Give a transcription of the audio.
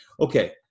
Okay